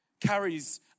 carries